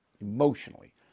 emotionally